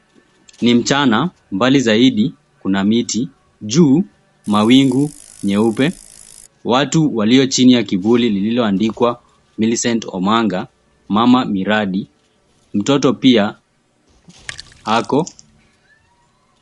Ni mchana mbali zaidi kuna miti, juu mawingu nyeupe, watu walio chini ya kivuli lililoandikwa Millicent Omanga, Mama Miradi. Mtoto pia ako.